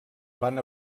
van